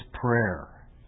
Prayer